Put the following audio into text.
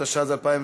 התשע"ז 2017,